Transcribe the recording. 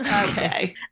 okay